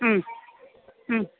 മ്മ് മ്മ്